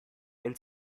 and